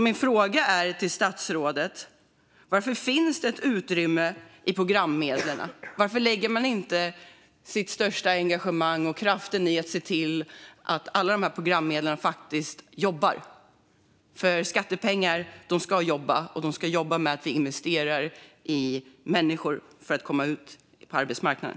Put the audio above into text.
Min fråga till statsrådet är därför: Varför finns det utrymme i programmedlen? Varför lägger man inte sitt största engagemang och sin kraft på att se till att alla dessa programmedel faktiskt jobbar? Skattepengar ska jobba, och de ska jobba genom att vi investerar i människor så att de kommer ut på arbetsmarknaden.